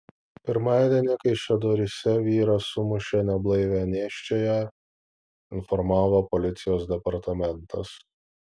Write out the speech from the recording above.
pirmadienį kaišiadoryse vyras sumušė neblaivią nėščiąją informavo policijos departamentas